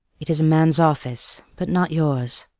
it is a man's office, but not yours.